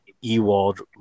Ewald